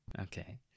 Okay